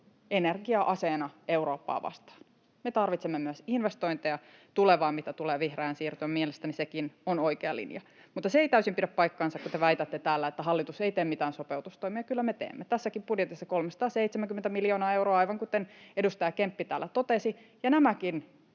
energiaa aseena Eurooppaa vastaan. Me tarvitsemme myös investointeja tulevaan, mitä tulee vihreään siirtymään. Mielestäni sekin on oikea linja. Mutta se ei täysin pidä paikkansa, kun te väitätte täällä, että hallitus ei tee mitään sopeutustoimia. Kyllä me teemme. Tässäkin budjetissa on 370 miljoonaa euroa, aivan kuten edustaja Kemppi täällä totesi. Ja nämäkin